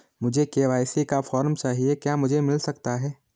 मुझे के.वाई.सी का फॉर्म चाहिए क्या मुझे मिल सकता है?